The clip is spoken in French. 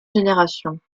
générations